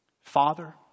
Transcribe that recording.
Father